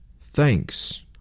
Thanks